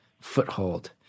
foothold